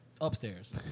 upstairs